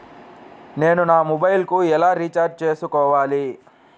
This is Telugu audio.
నేను నా మొబైల్కు ఎలా రీఛార్జ్ చేసుకోవాలి?